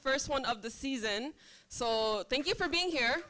first one of the season so thank you for being here